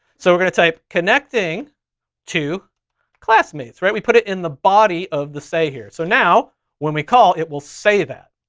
so we're gonna type connecting to classmates, right? we put it in the body of the say here. so now when we call it will say that.